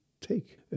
take